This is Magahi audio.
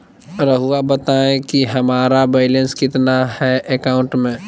रहुआ बताएं कि हमारा बैलेंस कितना है अकाउंट में?